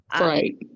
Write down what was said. Right